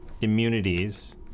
immunities